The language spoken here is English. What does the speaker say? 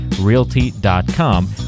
realty.com